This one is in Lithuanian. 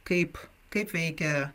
kaip kaip veikia